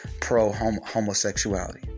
pro-homosexuality